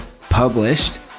published